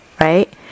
right